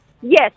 yes